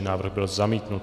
Návrh byl zamítnut.